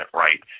right